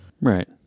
Right